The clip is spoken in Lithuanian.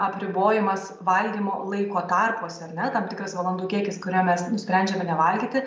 apribojimas valgymo laiko tarpuose ar ne tam tikras valandų kiekis kuriuo mes nusprendžiame nevalgyti